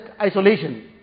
isolation